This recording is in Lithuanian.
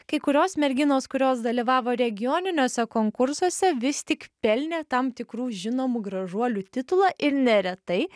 kai kurios merginos kurios dalyvavo regioniniuose konkursuose vis tik pelnė tam tikrų žinomų gražuolių titulą ir neretai